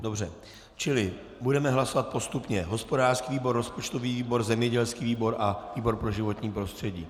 Dobře, čili budeme hlasovat postupně hospodářský výbor, rozpočtový výbor, zemědělský výbor a výbor pro životní prostředí.